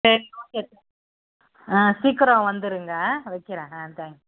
சரி okay thanks ஆ சீக்கிரம் வந்துருங்கள் வைக்கிறேன் ஆ தேங்க்ஸ்